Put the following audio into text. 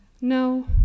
no